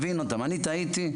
אני טעיתי,